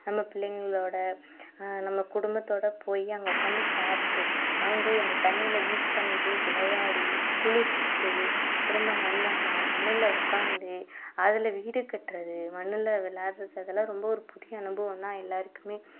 நம்ம பிள்ளைங்களோட நம்ம குடும்பத்தோட போயி அங்கே உக்காந்து சாப்பிட்டு அங்கே அந்த தண்ணியில் பீச் தண்ணியில் விளையாடி குளித்துட்டு திரும்ப வந்தேனா மணலில் உக்காந்து அதில் வீடு கட்டுறது மணலில் வெளாடுறது அதலாம் ரொம்ப ஒரு புதிய அனுபவந்தான் எல்லாருக்குமே